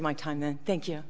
my time then thank you